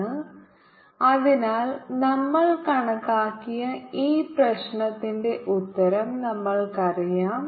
Vr 14π0σR ddzr R σR0ln Rr r≥R0 r≤R അതിനാൽ നമ്മൾ കണക്കാക്കിയ ഈ പ്രശ്നത്തിന്റെ ഉത്തരം നമ്മൾക്കറിയാം